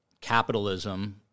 capitalism